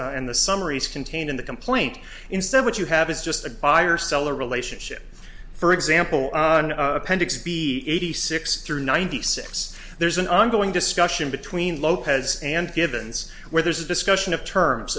and the summaries contained in the complaint instead what you have is just a buyer seller relationship for example on appendix b eighty six through ninety six there's an ongoing discussion between lopez and givens where there's a discussion of terms